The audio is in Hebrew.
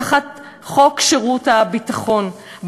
תחת חוק שירות ביטחון.